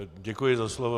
Děkuji za slovo.